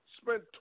spent